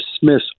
dismiss